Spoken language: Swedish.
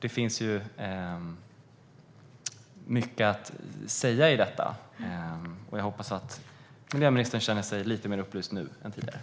Det finns mycket att säga i denna fråga, och jag hoppas att miljöministern känner sig lite mer upplyst nu än tidigare.